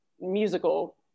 musical